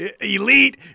elite